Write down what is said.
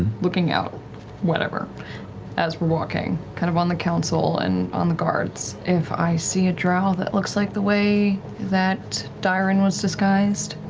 looking out whatever as we're walking, kind of on the council and on the guards. if i see a drow that looks like the way that dairon was disguised,